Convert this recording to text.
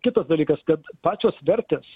kitas dalykas kad pačios vertės